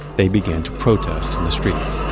they began to protest in the streets